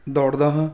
ਦੌੜਦਾ ਹਾਂ